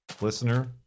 listener